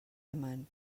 amant